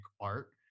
art